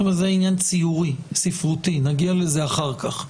זה עניין ציורי-ספרותי, נגיע לזה אחר כך.